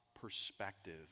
perspective